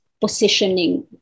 positioning